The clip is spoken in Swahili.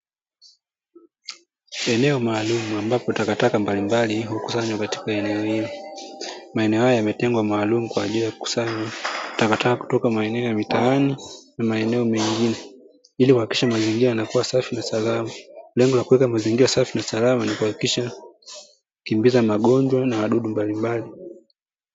Eneo maalumu ambapo takataka mbalimbali hukusanywa katika eneo hilo. Maeneo haya yametengwa maalumu kwa ajili ya kukusanya takataka kutoka maeneo ya mitaani na maeneo mengine ili kuhakikisha mazingira yanakuwa safi na salama. Lengo la kuweka mazingira safi na salama ni kuhakikisha kukimbiza magonjwa na wadudu mbalimbali.